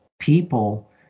people